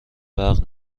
برق